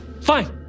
Fine